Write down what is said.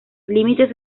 límites